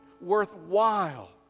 worthwhile